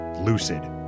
lucid